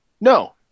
No